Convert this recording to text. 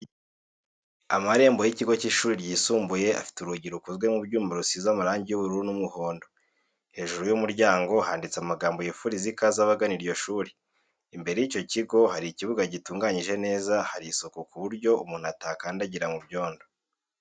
Amarembo y'ikigo cy'ishuri ryisumbuye afite urugi rukoze mu byuma rusize marangi y'ubururu n'umuhondo, hejuru y'umuryango handitseho amagambo yifuriza ikaze abagana iryo shuri, imbere y'icyo kigo hari ikibuga gitunganyije neza hari isuku ku buryo umuntu atakandagira mu byondo.